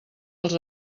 als